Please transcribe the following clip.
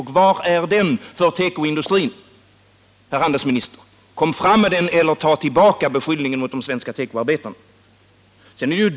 Hur stor är den för tekoindustrin, herr handelsminister? Kom fram med den uppgiften eller ta tillbaka beskyllningarna mot de svenska tekoarbetarna!